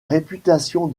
réputation